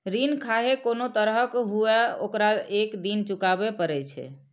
ऋण खाहे कोनो तरहक हुअय, ओकरा एक दिन चुकाबैये पड़ै छै